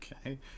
Okay